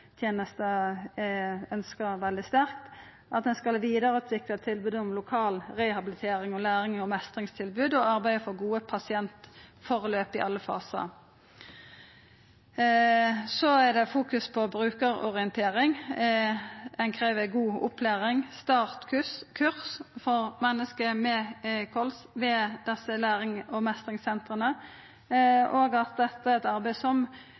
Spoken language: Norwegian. veldig sterkt, at ein skal vidareutvikla tilbod om lokal rehabilitering og lærings- og meistringstilbod og arbeida for god pasientutvikling i alle fasar. Så er det fokus på brukarorientering. Ein krev god opplæring og startkurs for menneske med kols ved desse lærings- og meistringssentra, og at dette er eit arbeid som